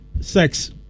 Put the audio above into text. sex